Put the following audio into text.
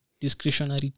discretionary